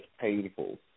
painful